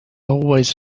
always